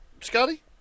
Scotty